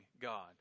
God